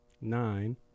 nine